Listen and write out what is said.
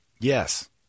yes